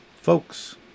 folks